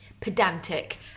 pedantic